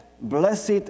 blessed